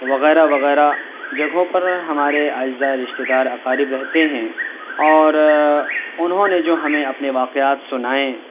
وغیرہ وغیرہ جگہوں پر ہمارے اعزا رشتےدار اقارب رہتے ہیں اور انہوں نے جو ہمیں اپنے واقعات سنائے